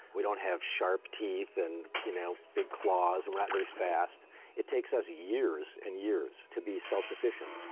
we don't have sharp teeth and you know big claws, and we're not really fast it takes us years and years to be self-sufficient.